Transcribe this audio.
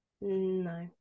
no